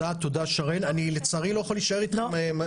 אני רוצה להודות לכם כי